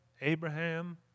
Abraham